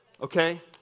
Okay